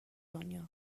دنیا